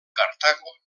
cartago